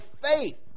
faith